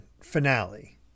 finale